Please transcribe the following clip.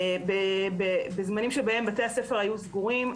בימים שבתי הספר היו סגורים,